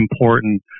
important